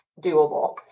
doable